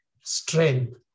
strength